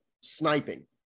sniping